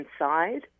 inside